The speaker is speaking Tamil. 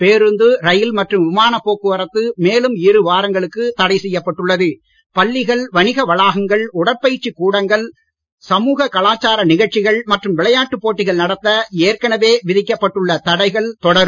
பேருந்து ரயில் மற்றும் விமானப் போக்குவரத்து மேலும் இரு வாரங்களுக்கு தடை செய்யப் பட்டுள்ளது பள்ளிகள் வணிக வளாகங்கள் உடற்பயிற்சி கூடங்கள் கமூக கலாச்சார நிகழ்ச்சிகள் மற்றும் விளையாட்டுப் போட்டிகள் நடத்த ஏற்கனவே விதிக்கப் பட்டுள்ள தடைகள் தொடரும்